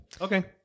Okay